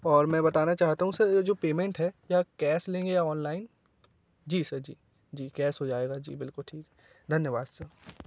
और मैं बताना चाहता हूँ सर ये जो पेमेंट है यह कैश लेंगे या ऑनलाइन जी सर जी जी कैश हो जाएगा जी बिल्कुल ठीक है धन्यवाद सर